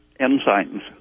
enzymes